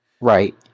Right